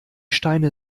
steine